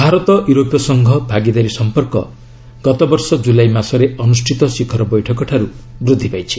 ଭାରତ ୟୁରୋପୀୟ ସଂଘ ଭାଗିଦାରୀ ସମ୍ପର୍କ ଗତବର୍ଷ ଜ୍ରଲାଇ ମାସରେ ଅନୁଷ୍ଠିତ ଶିଖର ବୈଠକଠାରୁ ବୃଦ୍ଧି ପାଇଛି